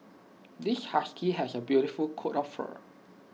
this husky has A beautiful coat of fur